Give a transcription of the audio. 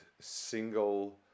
single